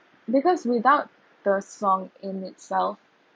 because without the song in itself